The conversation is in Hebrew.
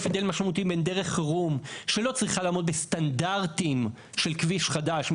יש הבדל משמעותי בדרך חירום שלא צריכה לעמוד בסטנדרטים של כביש חדש,